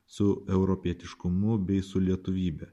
su europietiškumu bei su lietuvybe